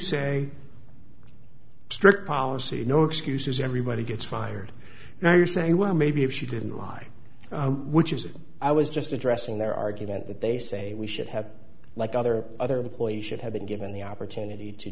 say strict policy no excuses everybody gets fired now you're saying well maybe if she didn't lie which is i was just addressing their argument that they say we should have like other other employees should have been given the opportunity to